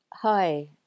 Hi